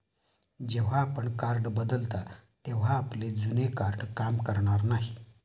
जेव्हा आपण कार्ड बदलता तेव्हा आपले जुने कार्ड काम करणार नाही